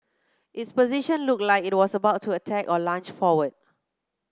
its position looked like it was about to attack or lunge forward